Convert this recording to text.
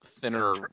thinner